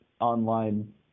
online